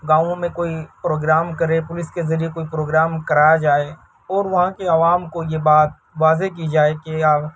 گاؤں میں کوئی پروگرام کرے پولس کے ذریعہ کوئی پروگرام کرایا جائے اور وہاں کی عوام کو یہ بات واضح کی جائے کہ آپ